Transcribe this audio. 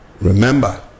remember